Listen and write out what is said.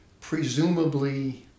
presumably